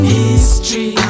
history